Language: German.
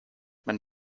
mein